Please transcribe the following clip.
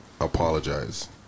Apologize